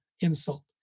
insult